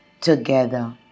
together